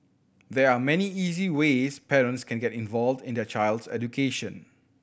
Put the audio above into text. there are many easy ways parents can get involved in their child's education